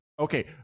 Okay